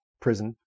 prison